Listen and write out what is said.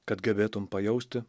kad galėtum pajausti